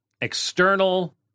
external